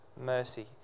mercy